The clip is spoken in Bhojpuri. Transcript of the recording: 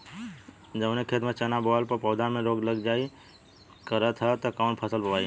जवने खेत में चना बोअले पर पौधा में रोग लग जाईल करत ह त कवन फसल बोआई?